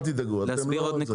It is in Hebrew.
אל תדאגו אתם לא זה.